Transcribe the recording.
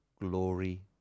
Glory